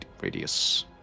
radius